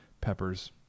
peppers